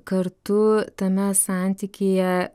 kartu tame santykyje